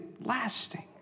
lasting